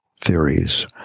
theories